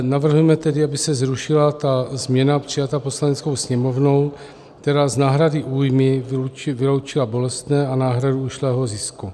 Navrhujeme tedy, aby se zrušila ta změna přijatá Poslaneckou sněmovnou, která z náhrady újmy vyloučila bolestné a náhradu ušlého zisku.